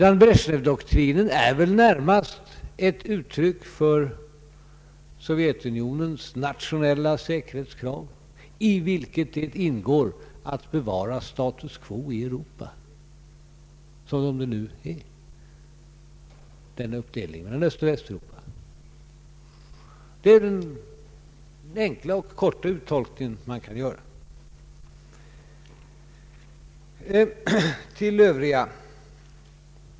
Brezjnevdoktrinen är väl närmast ett uttryck för Sovjetunionens nationella säkerhetskrav, i vilka ingår att bevara status quo i Europa, såsom Europa nu är uppdelat mellan Öst och Väst. Det är den enkla och korta uttolkning man kan göra.